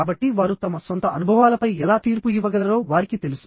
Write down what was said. కాబట్టి వారు తమ సొంత అనుభవాలపై ఎలా తీర్పు ఇవ్వగలరో వారికి తెలుసు